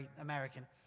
American